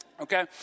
Okay